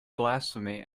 blasphemy